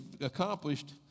accomplished